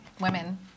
women